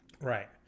Right